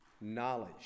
knowledge